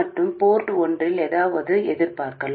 மற்றும் போர்ட் ஒன்றில் ஏதாவது எதிர்பார்க்கலாம்